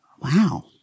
Wow